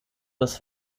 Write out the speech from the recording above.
das